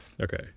okay